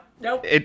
Nope